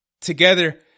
together